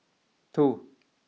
two